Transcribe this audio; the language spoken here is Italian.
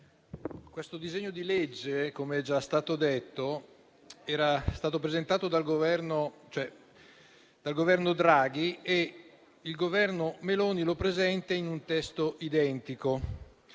al nostro esame - come è già stato detto - era stato presentato dal Governo Draghi. Il Governo Meloni lo presenta in un testo identico.